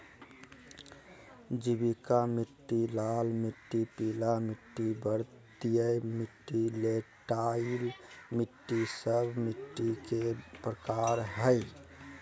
जैविक मिट्टी, लाल मिट्टी, पीला मिट्टी, पर्वतीय मिट्टी, लैटेराइट मिट्टी, सब मिट्टी के प्रकार हइ